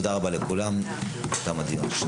תודה רבה לכולם, תם הדיון.